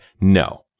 no